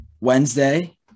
Wednesday